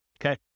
okay